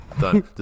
Done